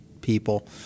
people